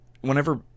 whenever